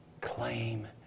claim